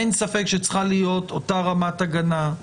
שצריכה להיות אותה רמת הגנה,